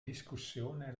discussione